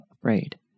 afraid